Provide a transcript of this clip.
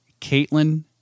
Caitlin